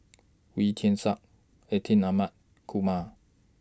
Wee Tian Siak Atin Amat Kumar